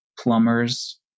plumbers